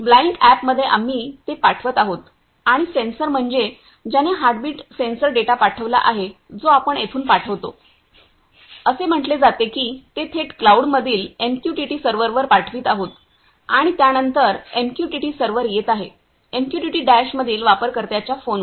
Blanc अॅपमध्ये आम्ही ते पाठवत आहोत आणि सेन्सर म्हणजे ज्याने हार्टबीट सेन्सर डेटा पाठविला आहे जो आपण येथून पाठवितो असे म्हटले जाते की ते थेट क्लाऊडमधील एमक्यूटीटी सर्व्हरवर पाठवित आहे आणि त्या नंतर एमक्यूटीटी सर्व्हर येत आहे एमक्यूटीटी डॅशमधील वापरकर्त्याच्या फोनवर